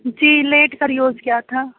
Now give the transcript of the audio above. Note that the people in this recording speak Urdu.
جی لیٹ کر یوز کیا تھا